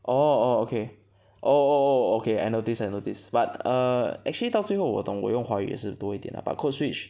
orh orh okay oh oh oh okay I notice I notice but err actually 到最后我懂我用华语也是多一点 lah but code switch